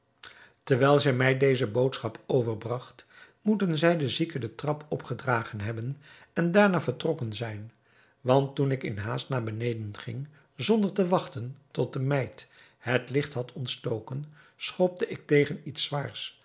terwijl zij mij deze boodschap overbragt moeten zij den zieke den trap opgedragen hebben en daarna vertrokken zijn want toen ik in haast naar beneden ging zonder te wachten tot de meid het licht had ontstoken schopte ik tegen iets zwaars